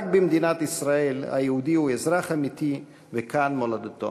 רק במדינת ישראל היהודי הוא אזרח אמיתי וכאן מולדתו".